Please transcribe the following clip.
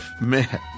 Man